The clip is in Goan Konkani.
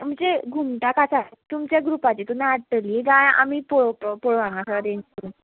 म्हणजे घुमटाक आसा तुमच्या ग्रुपाची तुमी हाडटली काय आमी पळोव पळोवं हांगासर अरेंज करून